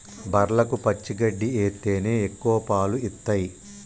బర్లకు పచ్చి గడ్డి ఎత్తేనే ఎక్కువ పాలు ఇత్తయ్